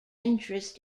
interest